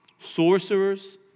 Sorcerers